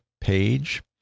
page